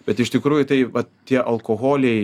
bet iš tikrųjų tai vat tie alkoholiai